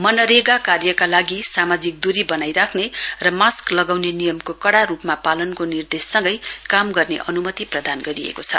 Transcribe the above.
मनरेगा कार्यका लागि सामाजिक दूरी वनाइ राख्ने र मास्क लगाउने नियमको कड़ा रुपमा पालनको निर्देश सँगै काम गर्ने अनुमति प्रदान गरिएको छ